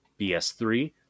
bs3